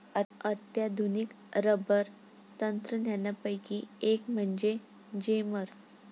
अत्याधुनिक रबर तंत्रज्ञानापैकी एक म्हणजे जेमर